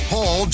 Paul